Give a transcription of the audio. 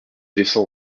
descend